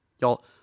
Y'all